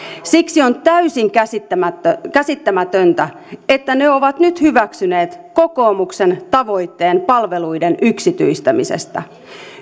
siksi on täysin käsittämätöntä käsittämätöntä että ne ovat nyt hyväksyneet kokoomuksen tavoitteen palveluiden yksityistämisestä